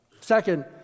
Second